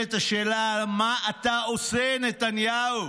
נשאלת השאלה מה אתה עושה, נתניהו.